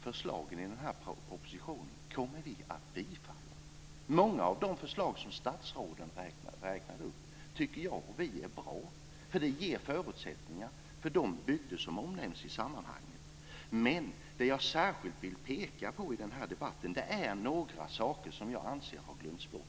förslagen i propositionen kommer vi att tillstyrka. Många av de förslag som statsrådet räknade upp tycker vi är bra, för de ger förutsättningar för de bygder som omnämns i sammanhanget. Men det jag särskilt vill peka på i den här debatten är några saker som jag anser har glömts bort.